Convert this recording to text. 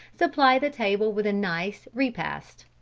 supply the table with a nice repast.